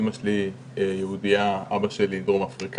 אמא שלי יהודייה ואבא שלי דרום אפריקאי.